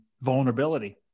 vulnerability